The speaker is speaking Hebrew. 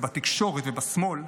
בתקשורת בשמאל.